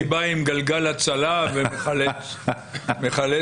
הייתי בא עם גלגל הצלה ומחלץ אתכם...